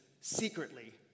secretly